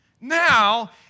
Now